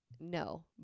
no